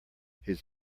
his